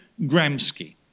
Gramsci